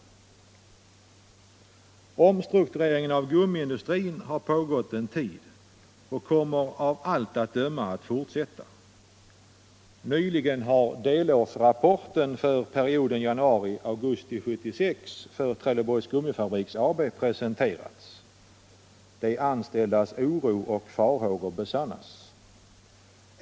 Omstruktureringen av gummiindustrin har pågått en tid och kommer av allt att döma att fortsätta. 'Nyligen har delårsrapporten för perioden januari-augusti 1976 för Trelleborgs Gummifabriks AB presenterats. De anställdas oro och farhågor besannas.